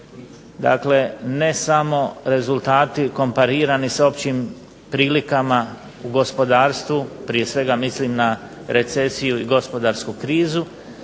dakle ne samo rezultati komparirani s općim prilikama u gospodarstvu prije svega mislim na recesiju i gospodarsku krizu,